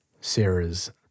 Sarah's